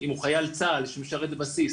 אם הוא חייל צה"ל שמשרת בבסיס,